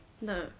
No